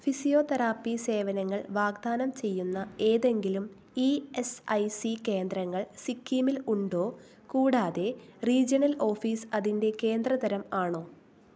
physiotherapy സേവനങ്ങൾ വാഗ്ദാനം ചെയ്യുന്ന ഏതെങ്കിലും ഈ എസ് ഐ സി കേന്ദ്രങ്ങൾ സിക്കിമിൽ ഉണ്ടോ കൂടാതെ റീജിയണൽ ഓഫീസ് അതിൻ്റെ കേന്ദ്ര തരം ആണോ